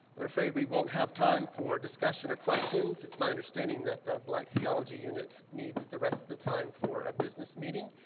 i'm afraid we won't have time for discussion or questions, it's my understanding that the black theology unit needs the rest of the time for a business meeting,